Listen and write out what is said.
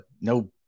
no